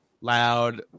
loud